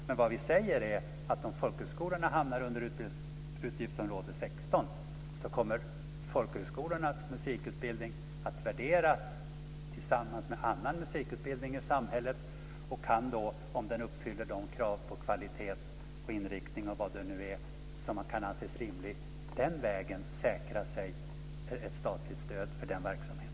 Men vad vi säger är att om folkhögskolorna hamnar under utgiftsområde 16 så kommer folkhögskolornas musikutbildning att värderas tillsammans med annan musikutbildning i samhället och kan då - om den uppfyller de krav på kvalitet, inriktning och vad det nu är som kan anses rimligt - den vägen säkra sig ett statligt stöd för verksamheten.